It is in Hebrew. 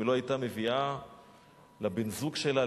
אם היא לא היתה מביאה לבן-הזוג שלה,